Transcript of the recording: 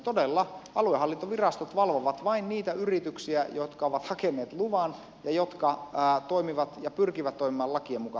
todella aluehallintovirastot valvovat vain niitä yrityksiä jotka ovat hakeneet luvan ja jotka toimivat ja pyrkivät toimimaan lakien mukaan